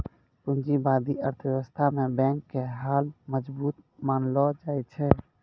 पूंजीबादी अर्थव्यवस्था मे बैंक के हाल मजबूत मानलो जाय छै